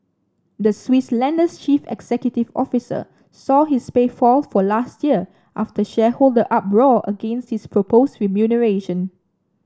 the Swiss lender's chief executive officer saw his pay fall for last year after shareholder uproar against his proposed remuneration